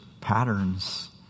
patterns